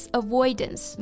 avoidance